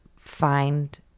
find